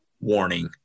warning